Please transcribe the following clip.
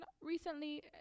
recently